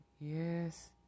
Yes